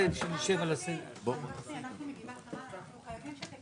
הישיבה ננעלה בשעה 10:58.